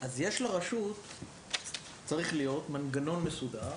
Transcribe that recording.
צריך להיות לרשות מנגנון מסודר,